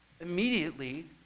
immediately